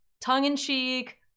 Tongue-in-cheek